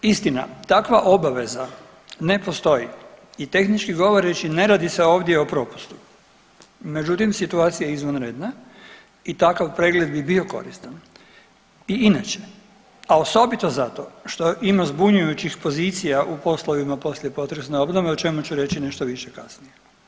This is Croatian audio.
Istina takva obaveza ne postoji i tehnički govoreći ne radi se ovdje o propustu, međutim situacija je izvanredna i takav pregled bi bio koristan i inače, a osobito zato što ima zbunjujućih pozicija u poslovima poslijepotresne obnove o čemu ću reći nešto više kasnije.